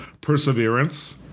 perseverance